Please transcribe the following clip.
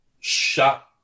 shut